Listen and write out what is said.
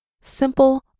simple